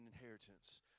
inheritance